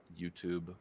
YouTube